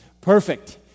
perfect